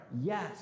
Yes